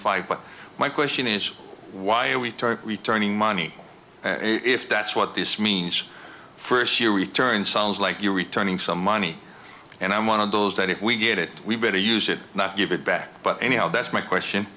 five but my question is why are we to returning money if that's what this means first your return sounds like you're returning some money and i'm one of those that if we get it we better use it not give it back but anyhow that's my question